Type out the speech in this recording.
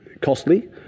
costly